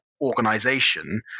organization